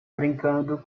brincando